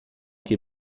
que